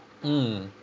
mm